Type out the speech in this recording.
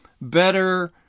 better